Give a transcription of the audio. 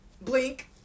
blink